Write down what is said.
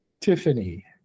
Tiffany